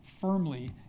firmly